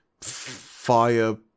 fire